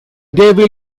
devil